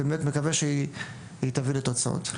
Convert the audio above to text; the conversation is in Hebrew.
ובאמת מקווה שהיא תביא לתוצאות.